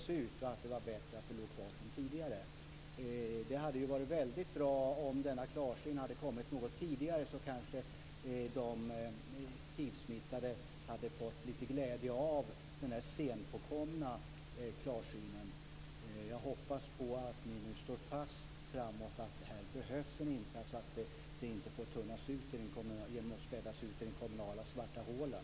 Det hade varit bättre att det hade legat kvar som tidigare. Det hade varit väldigt bra om denna klarsyn hade kommit något tidigare. Då hade kanske de hivsmittade fått lite glädje av den här senkomna klarsynen. Jag hoppas nu att ni framöver står fast vid att det här behövs en insats och att det inte får tunnas ut genom att spädas ut i de kommunala svarta hålen.